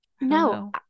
No